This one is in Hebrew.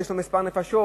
יש לו מספר נפשות,